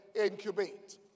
incubate